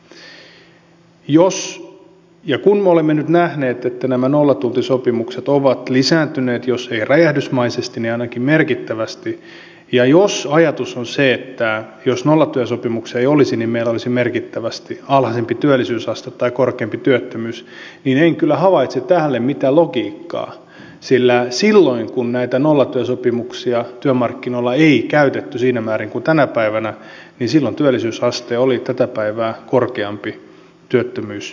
jos ja kun me olemme nyt nähneet että nämä nollatuntisopimukset ovat lisääntyneet jos eivät räjähdysmäisesti niin ainakin merkittävästi ja jos ajatus on se että jos nollatyösopimuksia ei olisi meillä olisi merkittävästi alhaisempi työllisyysaste tai korkeampi työttömyys niin en kyllä havaitse tälle mitään logiikkaa sillä silloin kun näitä nollatyösopimuksia työmarkkinoilla ei käytetty siinä määrin kuin tänä päivänä työllisyysaste oli tätä päivää korkeampi työttömyys matalampi